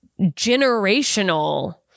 generational